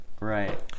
Right